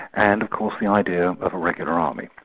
and of course the idea of a regular army,